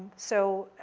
so,